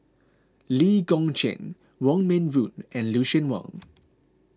Lee Kong Chian Wong Meng Voon and Lucien Wang